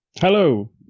Hello